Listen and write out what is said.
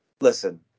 listen